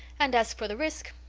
and as for the risk,